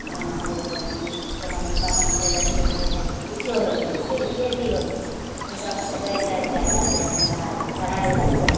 जेना होलय जे मिसरी होलय बदाम होलय लड्डू होलय कुछो होलय जे भी होलय उ सबसँ करि करिके तब जायके हुनका चढ़ाय उढ़ायके